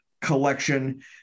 collection